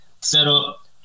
setup